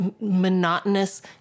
monotonous